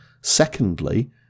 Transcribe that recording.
Secondly